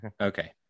Okay